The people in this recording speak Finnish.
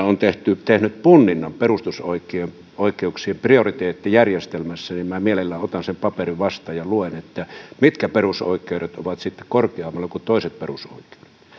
on tehnyt punninnan perusoikeuksien prioriteettijärjestelmässä niin minä mielellään otan sen paperin vastaan ja luen mitkä perusoikeudet ovat sitten korkeammalla kuin toiset perusoikeudet